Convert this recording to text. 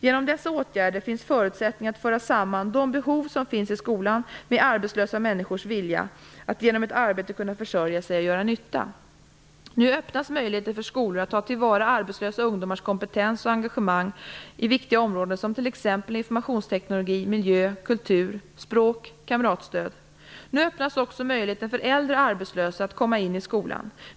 Genom dessa åtgärder finns förutsättningar att föra samman de behov som finns i skolan med arbetslösa människors vilja att genom ett arbete kunna försörja sig och göra nytta. Nu öppnas möjligheter för skolor att ta till vara arbetslösa ungdomars kompetens och engagemang på viktiga områden som t.ex. informationsteknologi, miljö, kultur, språk, kamratstöd. Nu öppnas också möjligheter för äldre arbetslösa att komma in i skolan.